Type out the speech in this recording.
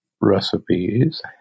recipes